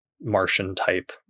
Martian-type